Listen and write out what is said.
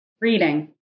Reading